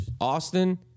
Austin